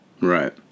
Right